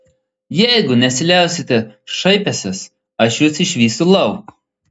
jeigu nesiliausite šaipęsis aš jus išvysiu lauk